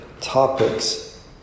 topics